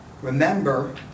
Remember